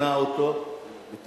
הוא קנה אותו בתשלומים.